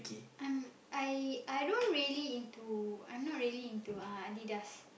um I I don't really into I'm not really into uh Adidas